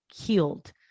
healed